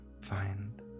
find